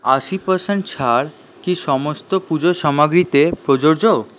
আশি পার্সেন্ট ছাড় কি সমস্ত পুজো সামগ্রীতে প্রযোজ্য